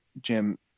Jim